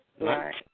Right